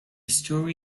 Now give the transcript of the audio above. story